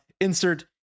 insert